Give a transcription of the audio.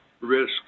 risk